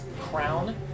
crown